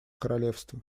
королевства